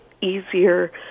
easier